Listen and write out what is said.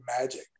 magic